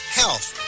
health